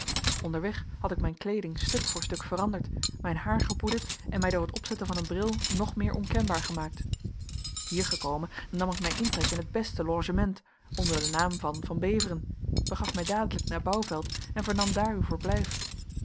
onderweg had ik mijn kleeding stuk voor stuk veranderd mijn haar gepoederd en mij door het opzetten van een bril nog meer onkenbaar gemaakt hier gekomen nam ik mijn intrek in het beste logement onder den naam van van beveren begaf mij dadelijk naar bouvelt en vernam daar uw verblijf